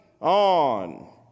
on